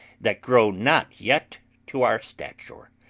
that grow not yet to our stature,